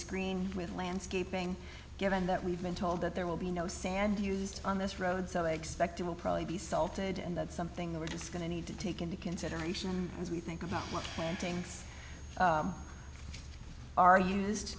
screen with landscaping given that we've been told that there will be no sand used on this road so i expect it will probably be salted and that's something that we're just going to need to take into consideration as we think about what things are used